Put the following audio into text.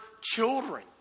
children